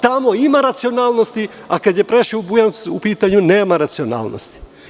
Tamo ima racionalnosti, a kada su Preševo i Bujanovac u pitanju, nema racionalnosti.